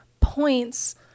points